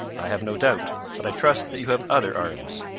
i have no doubt but i trust that you have other arms.